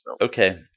Okay